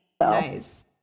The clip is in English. Nice